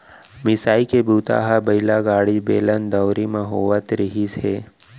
मिसाई के बूता ह बइला गाड़ी, बेलन, दउंरी म होवत रिहिस हे